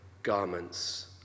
garments